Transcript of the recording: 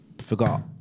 forgot